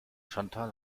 chantal